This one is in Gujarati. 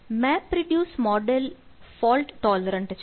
MapReduce મોડેલ ફોલ્ટ ટોલરંટ છે